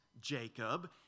Jacob